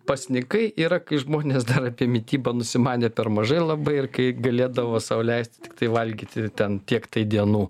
pasnikai yra kai žmonės dar apie mitybą nusimanė per mažai labai ir kai galėdavo sau leisti tiktai valgyti ten tiek tai dienų